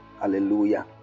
hallelujah